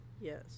yes